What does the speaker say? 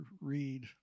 read